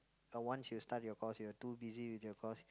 uh once you start your course you are too busy with your course